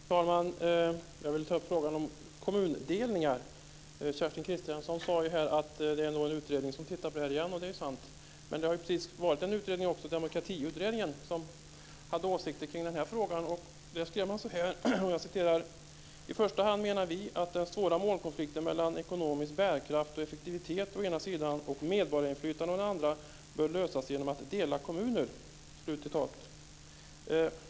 Fru talman! Jag vill ta upp frågan om kommundelningar. Kerstin Kristiansson Karlstedt sade att en utredning tittar på detta igen, och det är ju sant. Men en annan utredning, Demokratiutredningen, har också precis haft åsikter kring den här frågan. Man skrev så här: "Men i första hand menar vi att den svåra målkonflikten mellan ekonomisk bärkraft och effektivitet å ena sidan och medborgarinflytande å den andra bör lösas genom att dela kommuner."